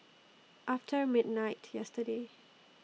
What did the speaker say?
after midnight yesterday